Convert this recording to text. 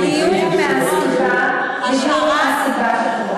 בדיוק מהסיבה שחברת הכנסת שאלה,